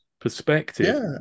perspective